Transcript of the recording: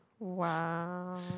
Wow